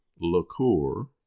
liqueur